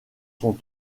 sont